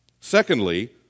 Secondly